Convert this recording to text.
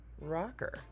rocker